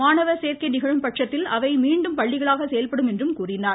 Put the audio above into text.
மாணவர் சேர்க்கை நிகழும் பட்சத்தில் அவை மீண்டும் பள்ளிகளாக செயல்படும் என அவர் அறிவித்தார்